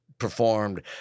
Performed